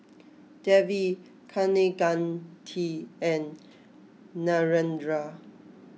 Devi Kaneganti and Narendra